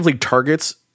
targets